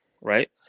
Right